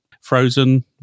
frozen